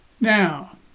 Now